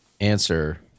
answer